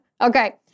Okay